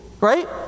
right